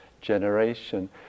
generation